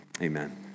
amen